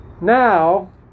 Now